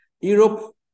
Europe